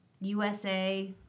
USA